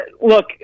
Look